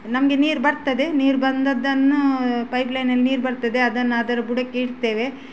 ನಮಗೆ ನೀರು ಬರ್ತದೆ ನೀರು ಬಂದದ್ದನ್ನೂ ಪೈಪ್ ಲೈನಲ್ಲಿ ನೀರು ಬರ್ತದೆ ಅದನ್ನು ಅದರ ಬುಡಕ್ಕೆ ಇಡ್ತೇವೆ